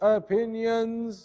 opinions